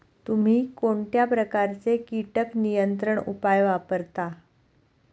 तुम्ही कोणत्या प्रकारचे कीटक नियंत्रण उपाय वापरता?